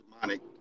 demonic